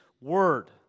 Word